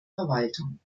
verwaltung